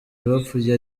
bapfuye